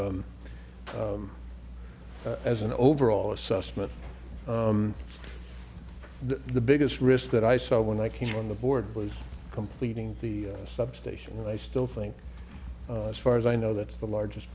as an overall assessment the biggest risk that i saw when i came on the board was completing the substation they still think as far as i know that's the largest